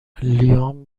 لیام